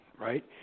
right